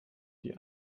die